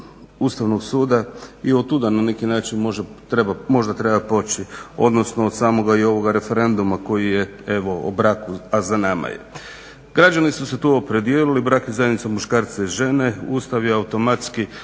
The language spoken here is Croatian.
Ustavnog suda i od tuda na neki način možda treba poći, odnosno od samoga i ovoga referenduma koji je evo o braku a za nama je. Građani su se tu opredijelili, brak je zajednica muškarca i žene. Ustav je automatski